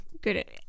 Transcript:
good